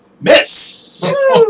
Miss